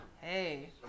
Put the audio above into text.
Hey